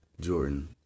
Jordan